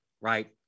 right